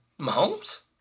Mahomes